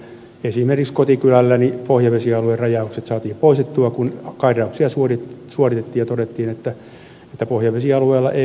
esimerkiksi kotikylälläni pohjavesialuerajaukset saatiin poistettua kun kairauksia suoritettiin ja todettiin että pohjavesialueella ei vettä löytynyt